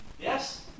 Yes